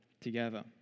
together